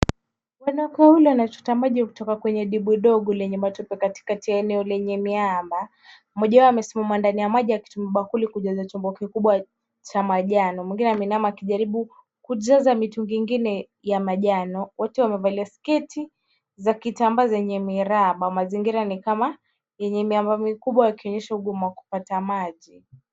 Wanawake wawili wanachota maji kutoka kwenye dibu dogo lenye matope katikati ya eneo lenye miamba. Mmoja wao amesimama ndani ya maji akitubeba kule kujaza chombo kile kikubwa cha manjano, mwingine ameinama akijaribu kujaza mitungi ingine ya manjano. Wote wamevalia sketi za kitambaa zenye miraba. Mazingira ni kama yenye miamba mikubwa yakionyesha ugumu wa kupata maji.